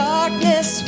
Darkness